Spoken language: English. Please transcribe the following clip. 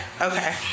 okay